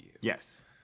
Yes